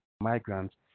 migrants